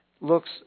looks